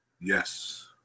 Yes